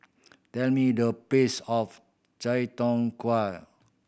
tell me the price of Chai Tow Kuay